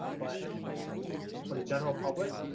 but for the general public,